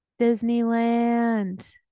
Disneyland